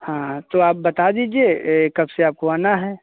हाँ तो आप बता दीजिए ये कब से आपको आना है